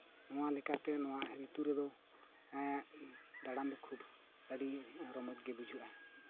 ᱱᱚᱣᱟ ᱞᱮᱠᱟᱛᱮ ᱱᱚᱣᱟ ᱨᱤᱛᱩ ᱨᱮᱫᱚ ᱫᱟᱬᱟᱱ ᱫᱚ ᱠᱷᱩᱵ ᱟᱹᱰᱤ ᱨᱚᱢᱚᱡᱽ ᱜᱮ ᱵᱩᱡᱷᱟᱹᱜᱼᱟ